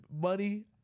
money